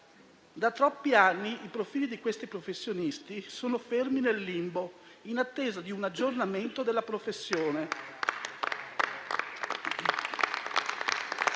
Da troppi anni i profili di questi professionisti sono fermi nel limbo, in attesa di un aggiornamento della professione.